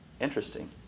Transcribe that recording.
interesting